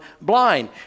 blind